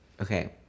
okay